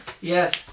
Yes